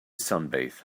sunbathe